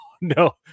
no